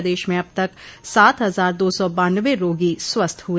प्रदेश में अब तक सात हजार दो सौ बान्नवे रोगी स्वस्थ हुए